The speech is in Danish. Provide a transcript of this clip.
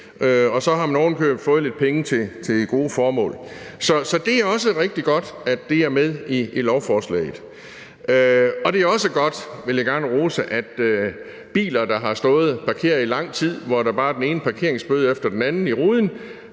og så har man oven i købet fået lidt penge til gode formål. Så det er også rigtig godt, at det er med i lovforslaget. Det er også godt, og det vil jeg gerne rose, at biler, der har stået parkeret i lang tid, og hvor der er den ene parkeringsbøde efter den anden i ruden,